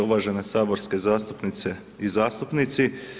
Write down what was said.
Uvažene saborske zastupnice i zastupnici.